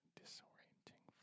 disorienting